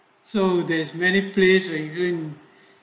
so there's many place they yun